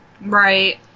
Right